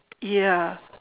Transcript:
ya